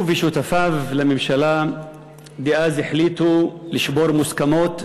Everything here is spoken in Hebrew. הוא ושותפיו לממשלה דאז החליטו לשבור מוסכמות,